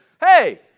hey